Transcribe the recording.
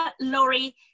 Laurie